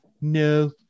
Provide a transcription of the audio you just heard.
no